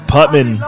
Putman